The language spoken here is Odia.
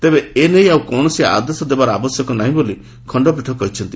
ତେବେ ଏନେଇ ଆଉ କୌଣସି ଆଦେଶ ଦେବାର ଆବଶ୍ୟକ ନାହିଁ ବୋଲି ଖଣ୍ଡପୀଠ କହିଛନ୍ତି